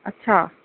अच्छा